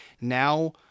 now